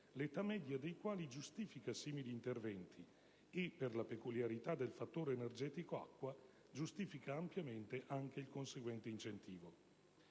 l'età media dei quali giustifica simili interventi e - per la peculiarità del fattore energetico acqua - giustifica ampiamente anche il conseguente incentivo.